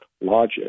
logic